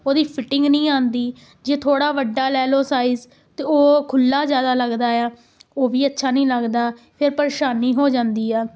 ਉਹਦੀ ਫਿਟਿੰਗ ਨਹੀਂ ਆਉਂਦੀ ਜੇ ਥੋੜ੍ਹਾ ਵੱਡਾ ਲੈ ਲਓ ਸਾਈਜ਼ ਤਾਂ ਉਹ ਖੁੱਲਾ ਜ਼ਿਆਦਾ ਲੱਗਦਾ ਉਹ ਵੀ ਅੱਛਾ ਨਹੀਂ ਲੱਗਦਾ ਫਿਰ ਪਰੇਸ਼ਾਨੀ ਹੋ ਜਾਂਦੀ ਆ